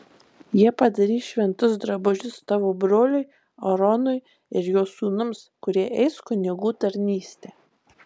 jie padarys šventus drabužius tavo broliui aaronui ir jo sūnums kurie eis kunigų tarnystę